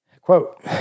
Quote